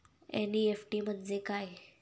NEFT म्हणजे काय?